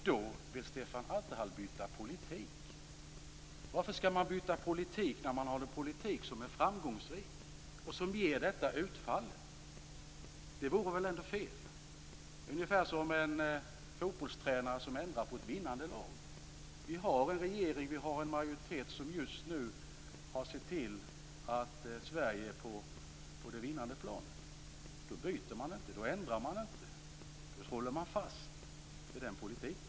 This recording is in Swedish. Då vill Stefan Attefall byta politik. Varför skall man byta politik när man har en politik som är framgångsrik och som ger detta utfall? Det vore väl ändå fel. Det är ungefär som en fotbollstränare som ändrar på ett vinnande lag. Vi har en regering och en majoritet som just nu har sett till att sätta Sverige på det vinnande planet. Då byter man inte. Då ändrar man inte. Då håller man fast vid den politiken.